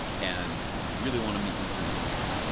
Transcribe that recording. and if you really want to meet user needs,